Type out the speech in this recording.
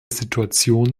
situation